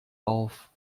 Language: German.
auf